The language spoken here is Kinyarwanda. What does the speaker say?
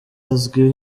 azwiho